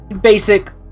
Basic